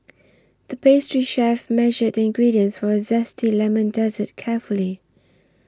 the pastry chef measured the ingredients for a Zesty Lemon Dessert carefully